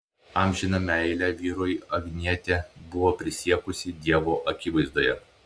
amžiną meilę vyrui agnietė buvo prisiekusi dievo akivaizdoje